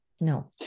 No